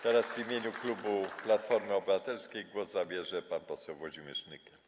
Teraz w imieniu klubu Platformy Obywatelskiej głos zabierze pan poseł Włodzimierz Nykiel.